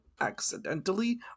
accidentally